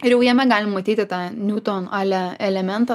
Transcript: ir jau jame galim matyti tą niuton ale elementą